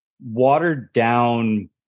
watered-down